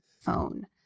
phone